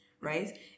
right